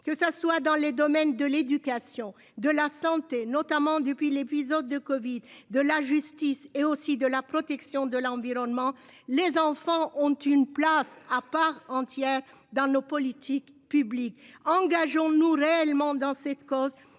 que ça soit dans les domaines de l'éducation de la santé, notamment depuis l'épisode de Covid de la justice et aussi de la protection de l'environnement. Les enfants ont une place à part entière dans nos politiques publiques. Engageons-nous réellement dans cette cause